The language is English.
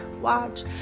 watch